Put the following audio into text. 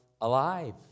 alive